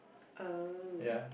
oh